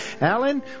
Alan